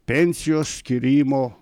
pensijos skyrimo